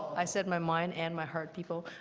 i said my mind and my heart, people.